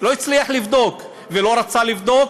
הצליח לבדוק ולא רצה לבדוק,